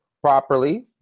properly